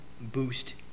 boost